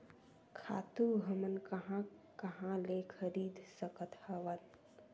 खातु हमन कहां कहा ले खरीद सकत हवन?